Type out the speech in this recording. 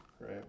right